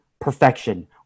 perfection